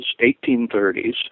1830s